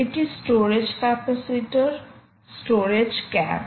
এটি storage capacitor storage cap